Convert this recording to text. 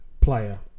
player